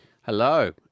Hello